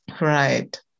Right